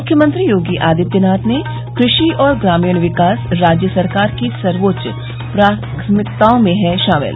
मुख्यमंत्री योगी आदित्यनाथ ने कहा कृषि और ग्रामीण विकास राज्य सरकार की सर्वोच्च प्राथमिकताओं में है शामिल